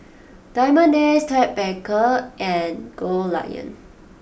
Diamond Days Ted Baker and Goldlion